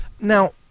Now